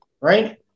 right